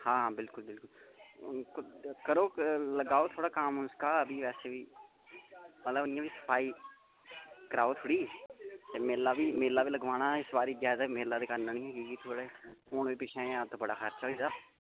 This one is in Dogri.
हां बिल्कुल बिल्कुल करो लगाओ थोड़ा काम उसका अभी ऐसे बी आह्ले इ'यां बी सफाई कराओ थोह्ड़ी ते मेला बी मेला बी लगवाना इस बारी ज्यादा मेला ते करना नि ऐ कैं कि थोह्ड़े हून पिच्छें देई बड़ा हादसा होई गेदा